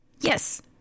yes